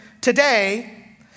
today